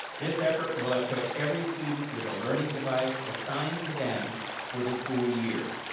this effort will equip every student with a learning device assigned to them for the school year,